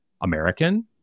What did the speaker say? American